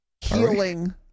Healing